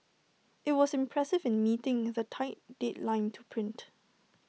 IT was impressive in meeting of the tight deadline to print